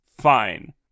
fine